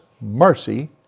mercy